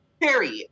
Period